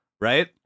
right